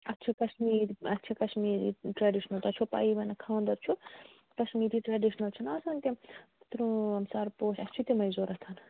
اَسہِ چھِ کَشمیٖر اَسہِ چھِ کَشمیٖری ٹریڈشنَل تۄہہِ چھَو پایی ؤنۍ خانٛدَر چھُ کَشمیٖری ٹریڈشنَل چھِنہٕ آسان تِم ترام سَرپوش اَسہِ چھِ تِمٕے ضوٚرَتھ